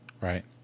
Right